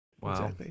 Wow